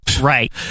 Right